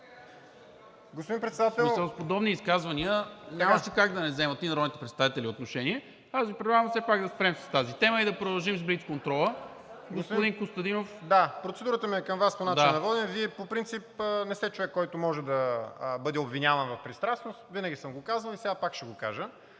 коментираме повече. В смисъл, с подобни изказвания нямаше как да не вземат и народните представители отношение. Аз Ви предлагам все пак да спрем с тази тема и да продължим с блицконтрола. Господин Костадинов. КОСТАДИН КОСТАДИНОВ (ВЪЗРАЖДАНЕ): Процедурата ми е към Вас, по начина на водене. Вие по принцип не сте човек, който може да бъде обвиняван в пристрастност, винаги съм го казвал, сега пак ще го кажа.